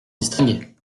distingués